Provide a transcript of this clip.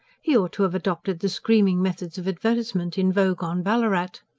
he ought to have adopted the screaming methods of advertisement in vogue on ballarat.